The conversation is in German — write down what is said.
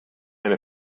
eine